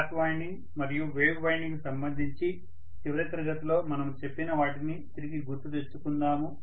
lap winding మరియు wave వైండింగ్కు సంబంధించి చివరి తరగతిలో మనము చెప్పిన వాటిని తిరిగి గుర్తు తెచ్చుకుందాము